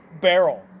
barrel